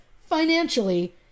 Financially